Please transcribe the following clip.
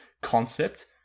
concept